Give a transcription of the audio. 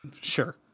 sure